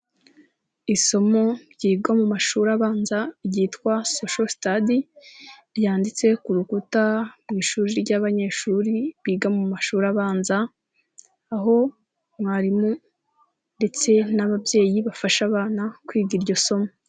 Isomo ryigwa mu mashuri abanza ryitwa Social study ryanditse ku rukuta mu ishuri ry'abanyeshuri biga mu mashuri abanza, aho mwarimu ndetse n'ababyeyi bafasha abana kwiga iryo somo.